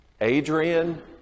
Adrian